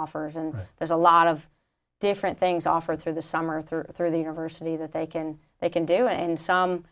offers and there's a lot of different things offered through the summer thirty through the university that they can they can do and some